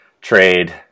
trade